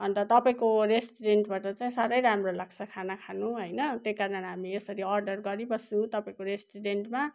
अन्त तपाईँको रेस्टुरेन्टबाट चाहिँ साह्रै राम्रो लाग्छ खाना खानु होइन त्यही कारण हामी यसरी अर्डर गरी बस्तछु तपाईँको रेस्टुरेन्टमा